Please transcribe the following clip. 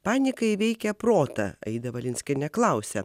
panika įveikia protą aida valinskienė klausia